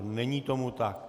Není tomu tak.